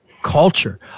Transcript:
Culture